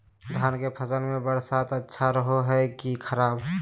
धान के फसल में बरसात अच्छा रहो है कि खराब?